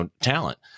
talent